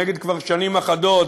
שנוהגת כבר שנים אחדות,